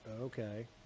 Okay